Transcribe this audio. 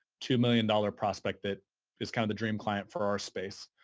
two million dollars prospect that is kind of the dream client for our space,